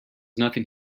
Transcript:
nothing